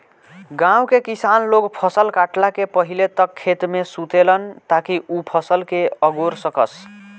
गाँव के किसान लोग फसल काटला से पहिले तक खेते में सुतेलन ताकि उ फसल के अगोर सकस